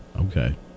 Okay